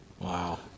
Wow